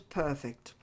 perfect